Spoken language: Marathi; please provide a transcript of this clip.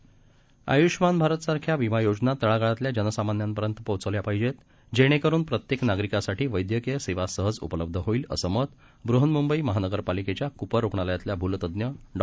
आयुषमानभारतसारख्याविमायोजनातळागाळातल्याजनसामान्यांपर्यंतपोहोचल्यापाहिजेत जेणेकरूनप्रत्येकनागरिकासाठीवैद्यकीयसेवासहजउपलब्धहोतीलअसंमतवृहन्मुंबईमहानगरपालिकेच्याकूपररुग्णालयातल्याभूलतज्ज्ञडॉ